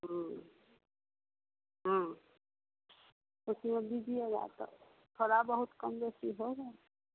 हाँ उसमें दीजिएगा तो थोड़ा बहुत कम बेसी होगा